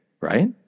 Right